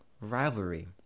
rivalry